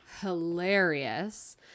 Hilarious